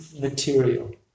material